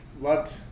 loved